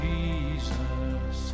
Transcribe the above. Jesus